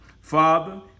Father